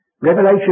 Revelation